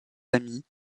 amis